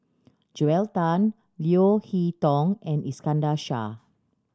Joel Tan Leo Hee Tong and Iskandar Shah